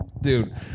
Dude